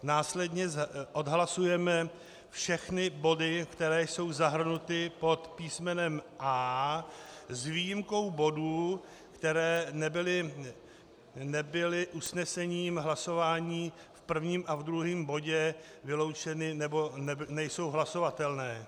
Následně odhlasujeme všechny body, které jsou zahrnuty pod písmenem A, s výjimkou bodů, které nebyly usnesením hlasování v prvním a druhém bodu vyloučeny, nebo nejsou hlasovatelné.